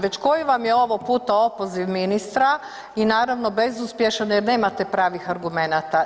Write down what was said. Već koji vam je ovo puta opoziv ministra i naravno bezuspješan jer nemate pravih argumenata.